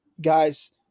guys